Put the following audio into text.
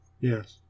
Yes